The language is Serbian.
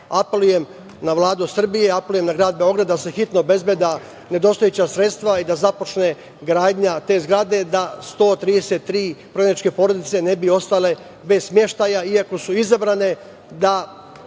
evra. Apleujem na Vladu Srbije, apelujem na grad Beograd sa se hitno obezbede nedostajuća sredstva i da započne gradnja te zgrade, da 133 prognane porodice ne bi ostale bez smeštaja, iako su izabrane